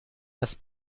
است